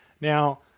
Now